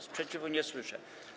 Sprzeciwu nie słyszę.